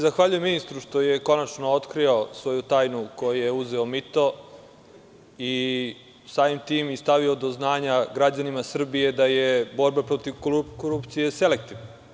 Zahvaljujem se ministru što je konačno otkrio svoju tajnu ko je uzeo mito, i samim tim i stavio do znanja građanima Srbije da je borba protiv korupcije selektivna.